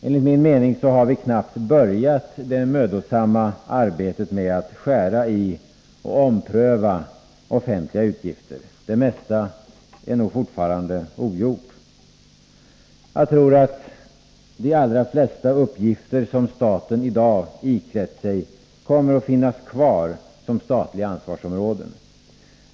Enligt min mening har vi knappt börjat det mödosamma arbetet med att skära i och ompröva offentliga utgifter. Det mesta är nog fortfarande ogjort. Jag tror att de allra flesta uppgifter som staten i dag iklätt sig kommer att finnas kvar som statliga ansvarsområden.